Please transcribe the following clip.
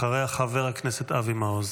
אחריה, חבר הכנסת אבי מעוז.